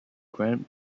grand